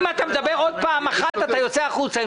אם תדבר עוד פעם אחת ללא רשות אוציא אותך החוצה.